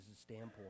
standpoint